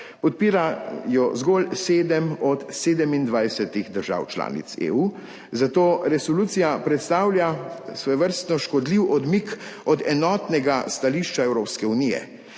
Podpira jo zgolj 7 od 27. držav članic EU, zato resolucija predstavlja svojevrstno škodljiv odmik od enotnega stališča Evropske unije.